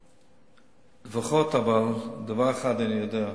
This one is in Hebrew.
אבל לפחות דבר אחד אני יודע,